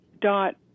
dot